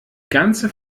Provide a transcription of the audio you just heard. ganze